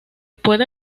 puede